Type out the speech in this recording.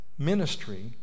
Ministry